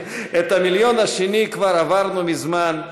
את המיליון השני כבר עברנו מזמן,